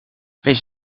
wees